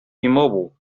immobile